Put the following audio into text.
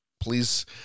Please